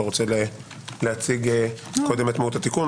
אתה רוצה להציג קודם את מהות התיקון,